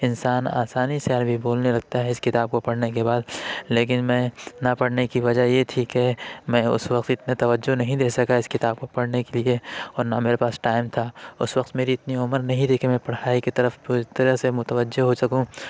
انسان آسانی سے عربی بولنے لگتا ہے اس کتاب کو پڑھنے کے بعد لیکن میں نہ پڑھنے کی وجہ یہ تھی کہ میں اس وقت اتنا توجہ نہیں دے سکا اس کتاب کو پڑھنے کے لیے اور نہ میرے پاس ٹائم تھا اس وقت میری اتنی عمر نہیں تھی کہ میں پڑھائی کی طرف پوری طرح سے متوجہ ہو سکوں